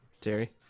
Terry